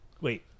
wait